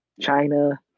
China